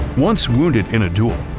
once wounded in a duel,